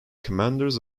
commanders